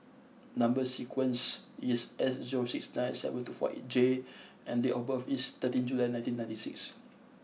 number sequence is S zero six nine seven two four right J and date of birth is thirteenth July nineteen ninety six